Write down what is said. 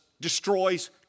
destroys